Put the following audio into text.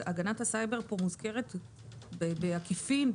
הגנת הסייבר מוזכרת בעקיפין,